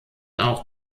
auch